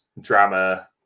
Drama